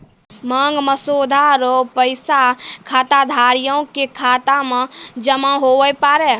मांग मसौदा रो पैसा खाताधारिये के खाता मे जमा हुवै पारै